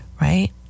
right